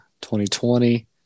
2020